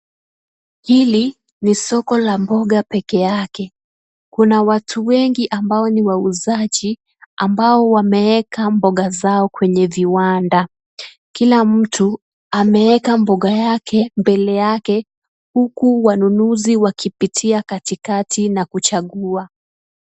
Hili ni soko la mboga peke yake. Kuna watu wengi ambao ni wauzaji ambao wameweka mboga zao kwenye viwanda. Kila mtu ameweka mboga yake mbele yake huku wanunuzi wakipitia katikati na kuchagua.